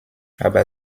aber